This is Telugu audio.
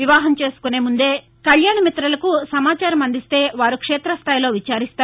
వివాహం చేసుకునే ముందే కల్యాణ మిత్రలకు సమాచారం అందిస్తే వారు క్షేత్తస్థాయిలో విచారిస్తారు